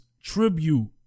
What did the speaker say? tribute